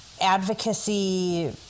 advocacy